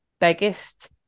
biggest